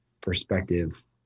perspective